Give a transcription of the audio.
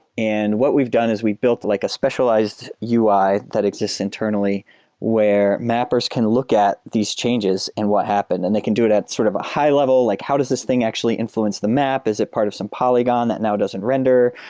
and what we've done is we've built like a specialized ui that exists internally where mappers can look at these changes and what happened, and they can do it at sort of a high level, like how does this thing actually influence the map? is it part of some polygon that now it doesn't render?